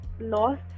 lost